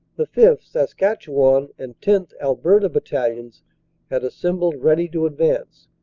the fifth, saskatchewan, and tenth, alberta, battalions had assembled ready to advance,